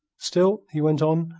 still, he went on,